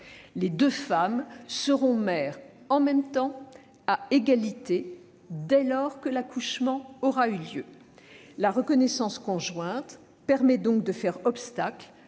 Les deux femmes seront mères en même temps, à égalité, dès lors que l'accouchement aura eu lieu. La reconnaissance conjointe permet donc de faire obstacle